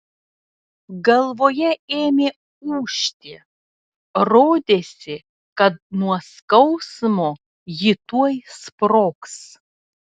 galvoje ėmė ūžti rodėsi kad nuo skausmo ji tuoj sprogs